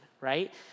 right